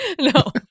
No